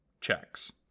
checks